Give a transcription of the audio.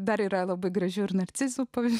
dar yra labai gražių ir narcizų pavyzdžiui